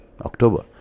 October